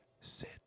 sit